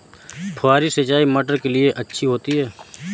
फुहारी सिंचाई मटर के लिए अच्छी होती है?